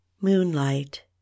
moonlight